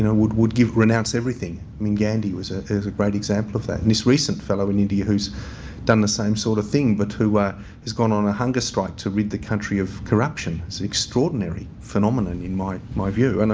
know would would give renounce everything. i mean gandhi was is a great example of that. and this recent fellow in india who's done the same sort of thing, but who has gone on a hunger strike to rid the country of corruption extraordinary phenomenon in my my view. and